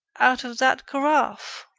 out of that carafe?